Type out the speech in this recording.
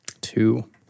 Two